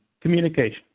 communication